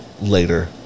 Later